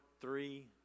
three